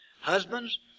Husbands